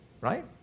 right